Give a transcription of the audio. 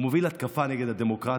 הוא מוביל התקפה נגד הדמוקרטיה,